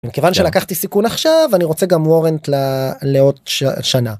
מכיוון שלקחתי סיכון עכשיו אני רוצה גם ווארנט לעוד שנה.